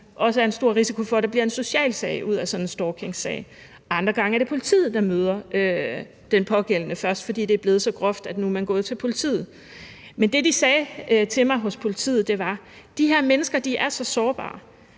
der også er en stor risiko for, at der bliver en social sag ud af sådan en stalkingsag, og andre gange er det politiet, der møder den pågældende først, fordi det er blevet så groft, at nu er man gået til politiet. Men det, de sagde til mig hos politiet, var, at de her mennesker er så sårbare,